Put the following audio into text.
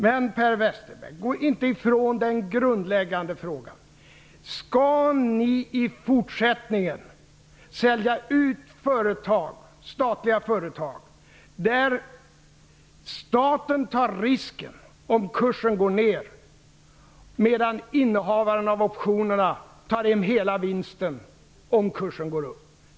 Men, Per Westerberg, gå inte ifrån den grundläggande frågan: Skall ni i fortsättningen sälja ut statliga företag på det sättet att staten tar risken om kursen går ner medan innehavarna av optionerna tar hem hela vinsten om kursen går upp?